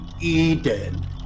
Eden